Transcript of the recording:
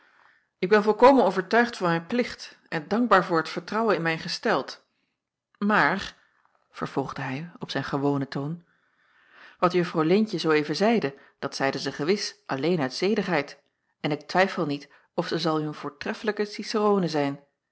ik ben volkomen overtuigd van mijn plicht en dankbaar voor het vertrouwen in mij gesteld aar vervolgde hij op zijn gewonen toon wat uffrouw eentje zoo even zeide dat zeide zij gewis alleen uit zedigheid en ik twijfel niet of zij zal u een voortreffelijke cicerone zijn